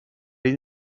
این